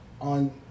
on